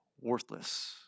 worthless